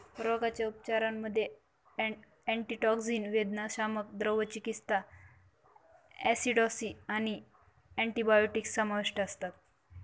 रोगाच्या उपचारांमध्ये अँटीटॉक्सिन, वेदनाशामक, द्रव चिकित्सा, ॲसिडॉसिस आणि अँटिबायोटिक्स समाविष्ट असतात